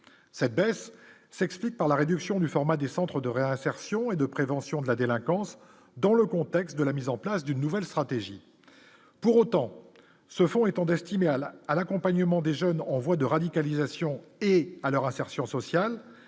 cette baisse s'explique par la réduction du format des centres de réinsertion et de prévention de la délinquance dans le contexte de la mise en place d'une nouvelle stratégie pour autant ce fonds étant destinés à la à l'accompagnement des jeunes en voie de radicalisation et à leur insertion sociale